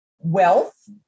wealth